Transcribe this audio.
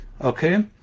Okay